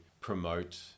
promote